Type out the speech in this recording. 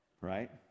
Right